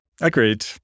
Agreed